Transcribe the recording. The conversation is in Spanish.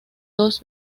dos